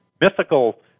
mythical